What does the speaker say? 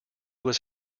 was